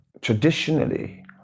Traditionally